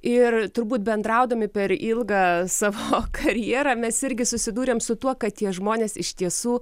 ir turbūt bendraudami per ilgą savo karjerą mes irgi susidūrėm su tuo kad tie žmonės iš tiesų